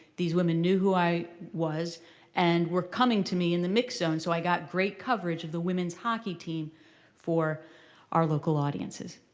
these women knew who i was and were coming to me in the mix zone. so i got great coverage of the women's hockey team for our local audiences.